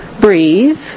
breathe